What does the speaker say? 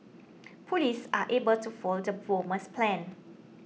police are able to foil the bomber's plans